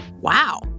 Wow